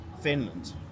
finland